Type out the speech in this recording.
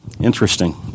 Interesting